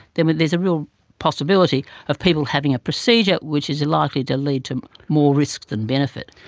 then there's a real possibility of people having a procedure which is likely to lead to more risk than benefit.